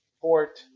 port